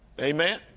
Amen